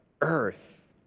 earth